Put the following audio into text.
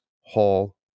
hall